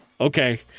Okay